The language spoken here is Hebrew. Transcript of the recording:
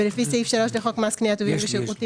ולפי סעיף 3 לחוק מס קנייה (טובין ושירותים),